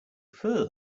further